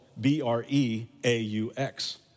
B-R-E-A-U-X